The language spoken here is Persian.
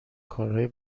کارهای